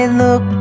look